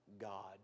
God